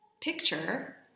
picture